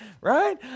right